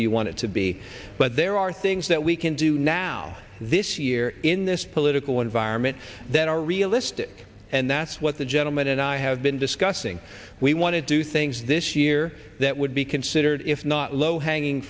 do you want it to be but there are things that we can do now this year in this political environment that are realistic and that's what the gentleman and i have been discussing we want to do things this year that would be considered if not low hanging